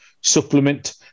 supplement